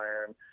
iron